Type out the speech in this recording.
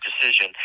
decision